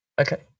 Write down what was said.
Okay